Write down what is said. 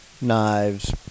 knives